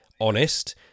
honest